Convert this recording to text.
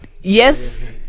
yes